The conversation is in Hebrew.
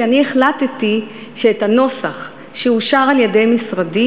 כי אני החלטתי שאת הנוסח שאושר על-ידי משרדי,